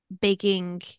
baking